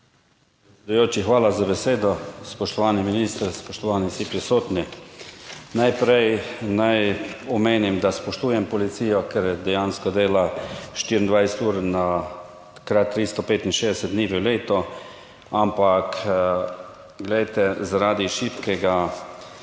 hvala za besedo. Spoštovani minister, spoštovani vsi prisotni. Najprej naj omenim, da spoštujem policijo, ker dejansko dela 24 ur na krat 365 dni v letu, ampak glejte, zaradi šibkega